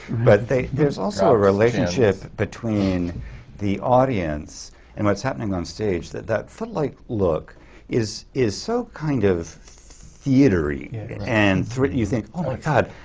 but there's also a relationship between the audience and what's happening on stage, that that footlight look is is so kind of theatrey and thri you think, oh my god,